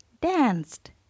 danced